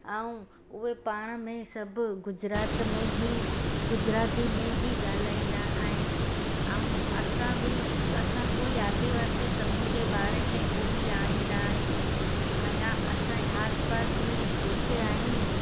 ऐं उहे पाण में सभु गुजरात में ई गुजराती में ई ॻाल्हाईंदा आहिनि ऐ असां बि असां कोई आदिवासी समूह जे बारे में कोन ॼाणींदा आहियूं ऐं या असांजे आस पास में जेके आहिनि